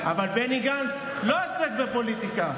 אבל בני גנץ לא עוסק בפוליטיקה.